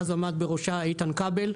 אז עמד בראשה איתן כבל,